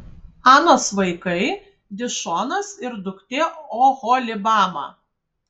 anos vaikai dišonas ir duktė oholibama